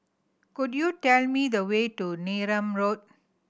could you tell me the way to Neram Road